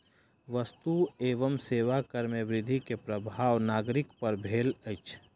वस्तु एवं सेवा कर में वृद्धि के प्रभाव नागरिक पर भेल अछि